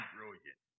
Brilliant